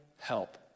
help